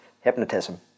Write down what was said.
hypnotism